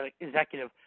executive